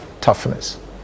toughness